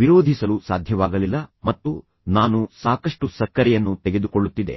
ವಿರೋಧಿಸಲು ಸಾಧ್ಯವಾಗಲಿಲ್ಲ ಮತ್ತು ನಾನು ಸಾಕಷ್ಟು ಸಕ್ಕರೆಯನ್ನು ತೆಗೆದುಕೊಳ್ಳುತ್ತಿದ್ದೆ